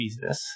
business